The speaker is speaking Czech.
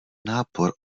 nápor